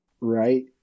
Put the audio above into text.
right